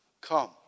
Come